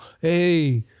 Hey